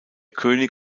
könig